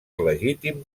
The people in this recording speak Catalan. legítim